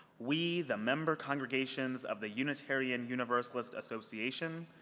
we, the member congregations of the unitarian universalist association,